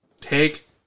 Take